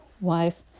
wife